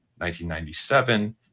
1997